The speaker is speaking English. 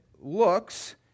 looks